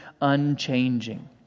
unchanging